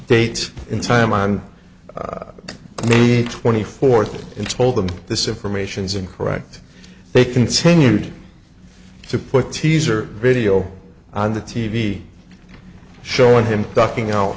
date in time on may twenty fourth and told them this information is incorrect they continued to put teaser video on the t v showing him ducking al